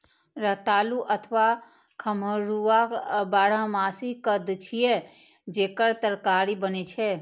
रतालू अथवा खम्हरुआ बारहमासी कंद छियै, जेकर तरकारी बनै छै